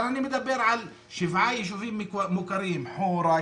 אבל אני מדבר על שבעה יישובים מוכרים חורא,